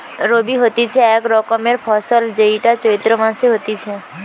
রবি হতিছে এক রকমের ফসল যেইটা চৈত্র মাসে হতিছে